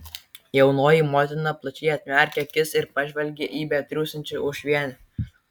jaunoji motina plačiai atmerkė akis ir pažvelgė į betriūsiančią uošvienę